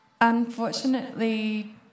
Unfortunately